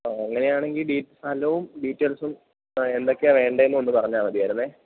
ഓ അങ്ങനെയാണെങ്കില് സ്ഥലവും ഡീറ്റേൽസും എന്തൊക്കെയാണ് വേണ്ടതെന്നൊന്ന് പറഞ്ഞാല് മതിയായിരുന്നു